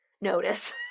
notice